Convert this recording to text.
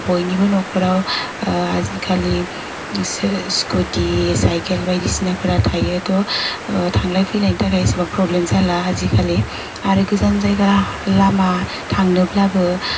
बयनिबो नख'राव आजिखालि स्कुटि साइकेल बायदिसिनाफोरा थायो त' थांलाय फैलायनि थाखाय एसेबां प्रब्लेम जाला आजिखालि आरो गोजान जायगा लामा थांनोब्लाबो